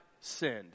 sinned